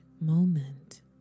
moment